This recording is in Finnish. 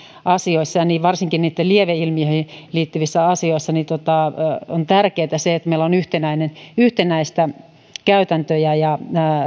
asioissa ja varsinkin sen lieveilmiöihin liittyvissä asioissa on tärkeätä se että meillä on yhtenäisiä yhtenäisiä käytäntöjä ja